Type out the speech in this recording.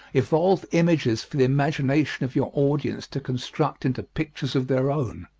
evolve images for the imagination of your audience to construct into pictures of their own.